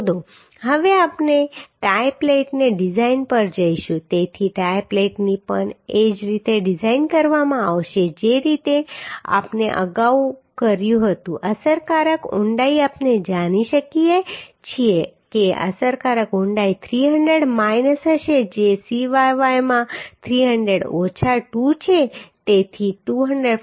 હવે આપણે ટાઈ પ્લેટની ડિઝાઈન પર જઈશું તેથી ટાઈ પ્લેટની પણ એ જ રીતે ડિઝાઈન કરવામાં આવશે જે રીતે આપણે અગાઉ કર્યું હતું અસરકારક ઊંડાઈ આપણે જાણી શકીએ છીએ કે અસરકારક ઊંડાઈ 300 માઈનસ હશે જે Cyy માં 300 ઓછા 2 છે તેથી 249